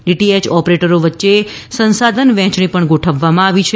DTH ઓપરેટરો વચ્ચે સંસાધન વહેંચણી પણ ગોઠવવામાં આવી છે